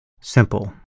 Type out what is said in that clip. simple